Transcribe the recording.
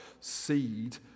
seed